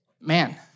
man